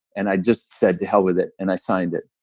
and i just said, to hell with it, and i signed it.